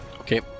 Okay